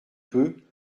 peu